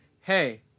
hey-